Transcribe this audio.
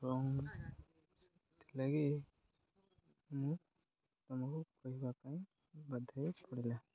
ତ ସେଥିଲାଗି ମୁଁ ତମକୁ କହିବା ପାଇଁ ବାଧ୍ୟ ହେଇପଡ଼ିଲା